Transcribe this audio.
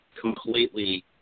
completely